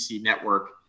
network